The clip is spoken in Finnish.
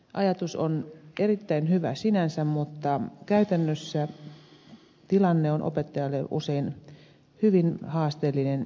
ajatus on erittäin hyvä sinänsä mutta käytännössä tilanne on opettajalle usein hyvin haasteellinen jopa vaikea